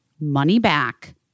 money-back